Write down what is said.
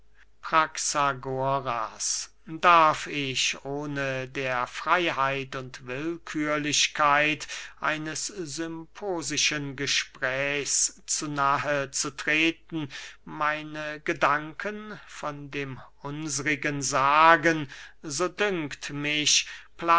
darf ich ohne der freyheit und willkührlichkeit eines symposischen gesprächs zu nahe zu treten meine gedanken von dem unsrigen sagen so dünkt mich